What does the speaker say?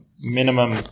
minimum